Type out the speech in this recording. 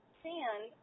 sand